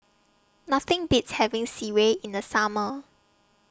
Nothing Beats having Sireh in The Summer